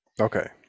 okay